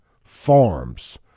Farms